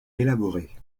élaborées